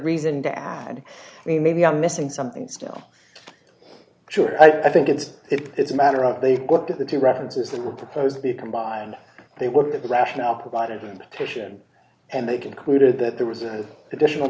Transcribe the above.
reason to ask and i mean maybe i'm missing something still sure i think it's it's a matter of they look at the two references that were proposed to be combined they worked at the rationale provided and titian and they concluded that there was an additional